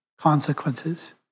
consequences